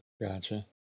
Gotcha